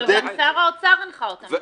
אבל גם שר האוצר הנחה אותם למצוא פתרון.